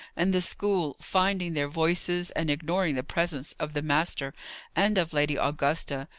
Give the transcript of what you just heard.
and the school, finding their voices, and ignoring the presence of the master and of lady augusta,